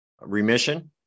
Remission